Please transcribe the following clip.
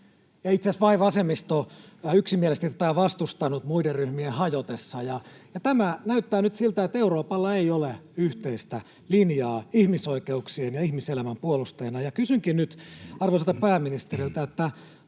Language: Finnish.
itse asiassa vain vasemmisto yksimielisesti tätä on vastustanut muiden ryhmien hajotessa. Tämä näyttää nyt siltä, että Euroopalla ei ole yhteistä linjaa ihmisoikeuksien ja ihmiselämän puolustajana. Kysynkin nyt arvoisalta pääministeriltä: